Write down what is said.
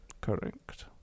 Correct